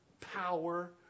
power